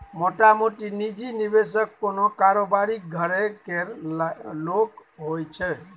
मोटामोटी निजी निबेशक कोनो कारोबारीक घरे केर लोक होइ छै